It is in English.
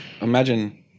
imagine